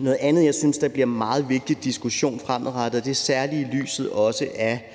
Noget andet, jeg synes bliver en meget vigtig diskussion fremadrettet – og det er særlig set i lyset af